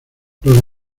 los